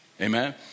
Amen